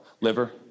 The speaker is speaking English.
Liver